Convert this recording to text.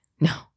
no